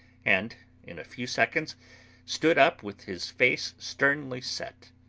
and in a few seconds stood up with his face sternly set.